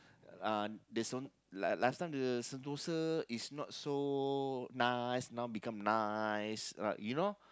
uh this one like like last time the Sentosa is not so nice now become nice right you know